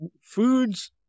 foods